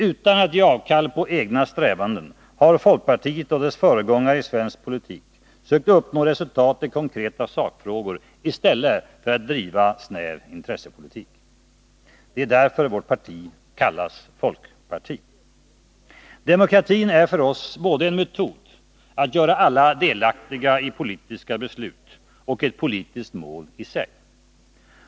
Utan att ge avkall på egna strävanden har folkpartiet och dess föregångare i svensk politik sökt uppnå resultat i konkreta sakfrågor i stället för att driva snäv intressepolitik. Det är därför vårt parti kallas folkparti. Demokratin är för oss både en metod att göra alla delaktiga i politiska beslut och ett politiskt mål i sig.